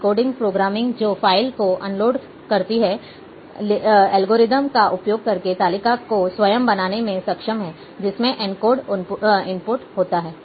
decoding programming जो file को unlocked करती है एल्गोरिथ्म का उपयोग करके तालिका को स्वयं बनाने में सक्षम है जिसमें एन्कोड इनपुट होता है